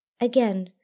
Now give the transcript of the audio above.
Again